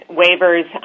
waivers